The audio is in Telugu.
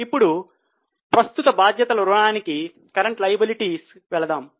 ఇప్పుడు ప్రస్తుత బాధ్యతల రుణానికి వెళదాం